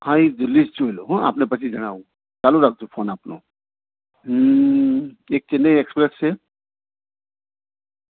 હા એ જોઈ લઉં હો આપને પછી જણાવું ચાલુ રાખજો ફોન આપનો એક ચેન્નઈ એક્સપ્રેસ છે